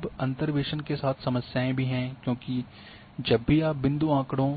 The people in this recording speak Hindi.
अब अंतर्वेसन के साथ समस्याएं भी हैं क्योंकि जब भी आप बिंदु आँकड़ों